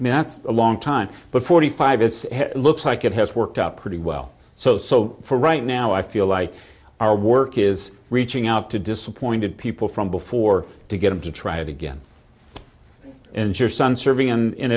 minutes a long time but forty five is looks like it has worked out pretty well so so for right now i feel like our work is reaching out to disappointed people from before to get them to try again and your son serving him in